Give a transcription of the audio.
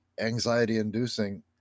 anxiety-inducing